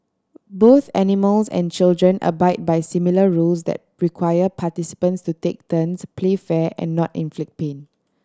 both animals and children abide by similar rules that require participants to take turns play fair and not inflict pain